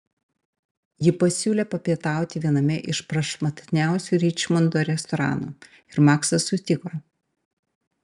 ji pasiūlė papietauti viename iš prašmatniausių ričmondo restoranų ir maksas sutiko